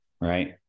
right